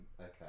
okay